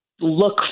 look